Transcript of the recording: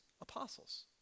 apostles